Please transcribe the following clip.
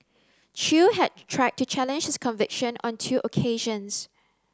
Chew had tried to challenge his conviction on two occasions